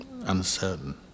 uncertain